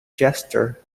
jester